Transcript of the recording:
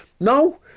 no